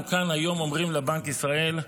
אנחנו כאן היום אומרים לבנק ישראל: